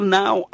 now